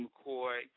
McCoy